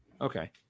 Okay